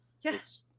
Yes